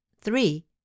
Three